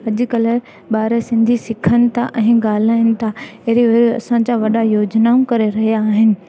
अॼुकल्ह ॿार सिंधी सिखनि था ऐं ॻाल्हाइनि था अहिड़ी वर असांजा वॾा योजनाऊं करे रहिया आहिनि